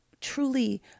truly